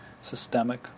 Systemic